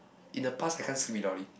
in the past I can't sleep without it